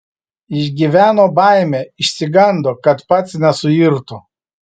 išgyveno baimę išsigando kad pats nesuirtų